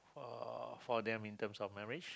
uh for them in terms of marriage